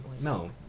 No